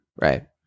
Right